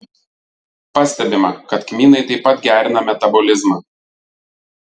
pastebima kad kmynai taip pat gerina metabolizmą